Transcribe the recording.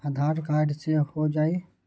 आधार card से हो जाइ?